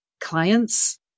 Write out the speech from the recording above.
clients